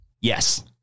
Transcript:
Yes